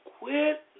quit